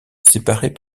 séparées